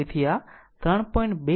તેથી આ 3